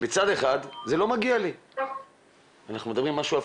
זה לי נשמע משהו שהוא